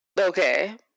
Okay